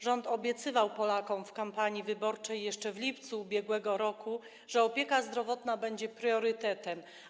Rząd obiecywał Polakom w kampanii wyborczej jeszcze w lipcu ub.r., że opieka zdrowotna będzie priorytetem.